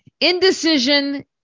indecision